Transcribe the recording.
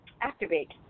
activate